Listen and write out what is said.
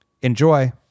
Enjoy